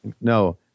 No